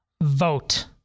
vote